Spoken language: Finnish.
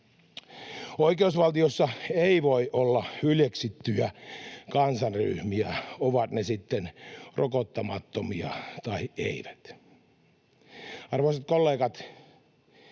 Oikeusvaltiossa ei voi olla hyljeksittyjä kansanryhmiä, ovat ne sitten rokottamattomia tai eivät. Arvoisat kollegat,